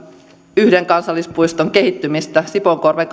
yhden kansallispuiston sipoonkorven